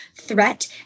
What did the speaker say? threat